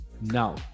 Now